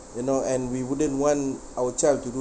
you know and we wouldn't want our child to do